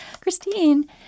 Christine